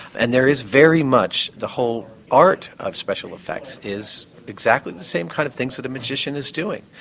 and there is very much the whole art of special effects is exactly the same kind of things that a magician is doing.